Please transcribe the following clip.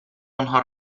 آنها